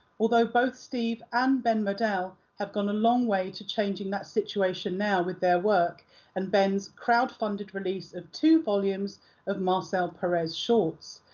although both steve and ben model have gone a long way to changing that situation now with their work and ben's crowd-funded release of two volumes of marcel perez shorts.